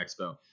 expo